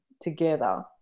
together